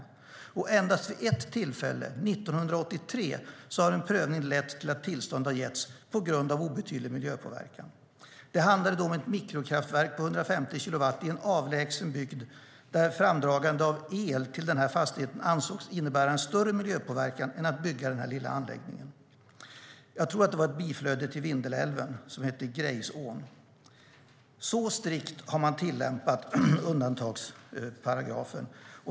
Endast vid ett tillfälle, 1983, har en prövning lett till att tillstånd getts på grund av obetydlig miljöpåverkan. Det handlade då om ett mikrokraftverk på 150 kilowatt i en avlägsen bygd där det ansågs innebära större miljöpåverkan att dra fram el till fastigheten än att bygga denna lilla anläggning. Jag tror att det var i ett biflöde till Umeälven som heter Girjesån. Så strikt har man tillämpat undantagsparagrafen.